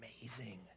amazing